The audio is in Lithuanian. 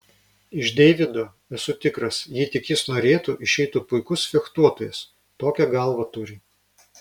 iš deivido esu tikras jei tik jis norėtų išeitų puikus fechtuotojas tokią galvą turi